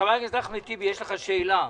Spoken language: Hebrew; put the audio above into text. חבר הכנסת אחמד טיבי, יש לך שאלה.